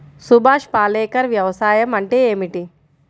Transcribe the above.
సుభాష్ పాలేకర్ వ్యవసాయం అంటే ఏమిటీ?